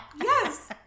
Yes